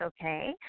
okay